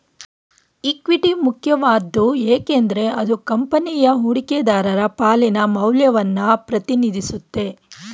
equity ಮುಖ್ಯವಾದ್ದು ಏಕೆಂದ್ರೆ ಅದು ಕಂಪನಿಯ ಹೂಡಿಕೆದಾರರ ಪಾಲಿನ ಮೌಲ್ಯವನ್ನ ಪ್ರತಿನಿಧಿಸುತ್ತೆ